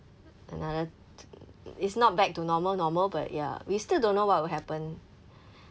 another t~ it's not back to normal normal but ya we still don't know what will happen